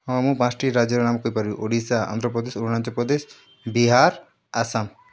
ହଁ ମୁ ପାଞ୍ଚଟି ରାଜ୍ୟର ନାମ କହିପାରିବି ଓଡ଼ିଶା ଆନ୍ଧ୍ରପ୍ରଦେଶ ଅରୁଣାଚଳପ୍ରଦେଶ ବିହାର ଆସାମ